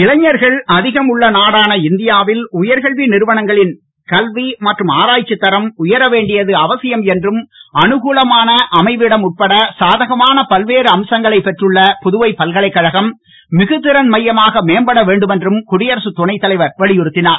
இளைஞர்கள் அதிகம் உள்ள நாடான இந்தியாவில் உயர்கல்வி நிறுவனங்களின் கல்வி மற்றும் ஆராய்ச்சித்தரம் உயர வேண்டியது அவசியம் என்றும் அனுகூலமான அமைவிடம் உட்பட சாதகமான பல்வேறு அம்சங்களைப் பெற்றுள்ள புதுவை பல்கலைக்கழகம் மிகுதிறன் மையமாக மேம்பட வேண்டும் என்றும் குடியரசு துணைத் தலைவர் வலியுறுத்தினார்